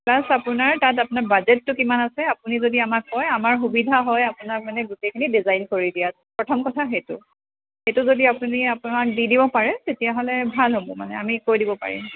plus আপোনাৰ তাত আপোনাৰ বাজেটটো কিমান আছে আপুনি যদি আমাক কয় আমাৰ সুবিধা হয় আপোনাক মানে গোটেইখিনি ডিজাইন কৰি দিয়াত প্ৰথম কথা সেইটো সেইটো যদি আপুনি আপোনাক দি দিব পাৰে তেতিয়াহ'লে ভাল হ'ব মানে আমি কৈ দিব পাৰিম